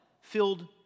Filled